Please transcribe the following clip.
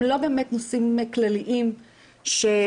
הם לא באמת נושאים כלליים ומשותפים,